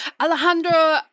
Alejandro